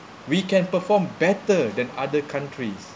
we can perform better than other countries